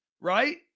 right